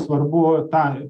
svarbu ir ta